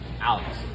Alex